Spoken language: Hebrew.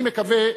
אני מקווה,